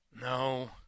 No